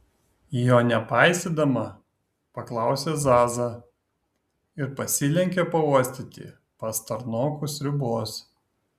jo nepaisydama paklausė zaza ir pasilenkė pauostyti pastarnokų sriubos